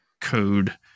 code